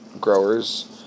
growers